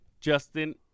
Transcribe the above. Justin